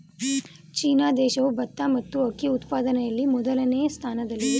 China ದೇಶವು ಭತ್ತ ಮತ್ತು ಅಕ್ಕಿ ಉತ್ಪಾದನೆಯಲ್ಲಿ ಮೊದಲನೇ ಸ್ಥಾನದಲ್ಲಿದೆ